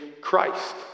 Christ